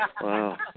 Wow